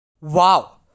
Wow